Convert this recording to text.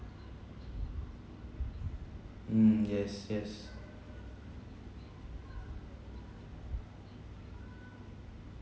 mm yes yes